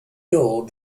door